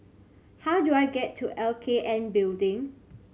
how do I get to L K N Building